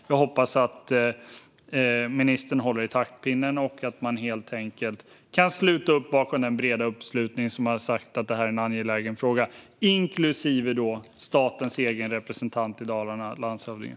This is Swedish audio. Jag hoppas att ministern håller i taktpinnen och att man helt enkelt kan ställa sig bakom den breda uppslutningen där man sagt att detta är en angelägen fråga, inklusive statens egen representant i Dalarna, landshövdingen.